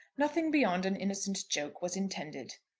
nothing beyond an innocent joke was intended.